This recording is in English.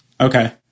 Okay